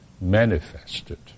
manifested